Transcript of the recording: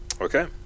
Okay